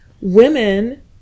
women